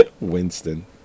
Winston